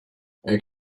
jak